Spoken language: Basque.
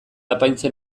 apaintzen